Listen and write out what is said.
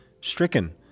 stricken